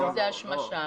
זאת השמשה.